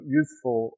useful